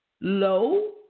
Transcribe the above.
low